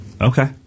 Okay